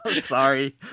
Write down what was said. Sorry